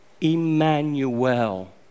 Emmanuel